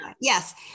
Yes